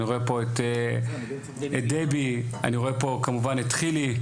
אני רואה פה את דבי, אני רואה פה כמובן את חילי,